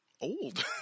old